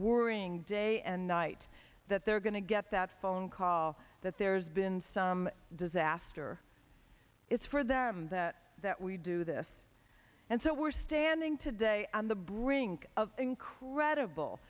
worrying day and night that they're going to get that phone call that there's been some disaster it's for them that that we do this and so we're standing today on the brink of incredible